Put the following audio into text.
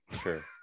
Sure